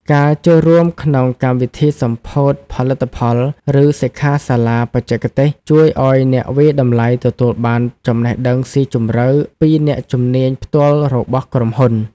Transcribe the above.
ការចូលរួមក្នុងកម្មវិធីសម្ពោធផលិតផល ឬសិក្ខាសាលាបច្ចេកទេស ជួយឱ្យអ្នកវាយតម្លៃទទួលបានចំណេះដឹងស៊ីជម្រៅពីអ្នកជំនាញផ្ទាល់របស់ក្រុមហ៊ុន។